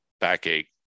backache